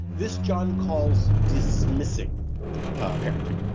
this, john calls dismissing parenting.